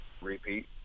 repeat